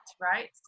right